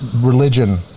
religion